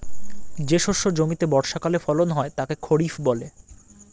যে শস্য জমিতে বর্ষাকালে ফলন হয় তাকে খরিফ বলে